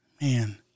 Man